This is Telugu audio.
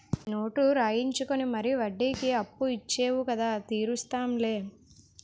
నోటు రాయించుకుని మరీ వడ్డీకి అప్పు ఇచ్చేవు కదా తీరుస్తాం లే